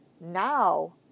now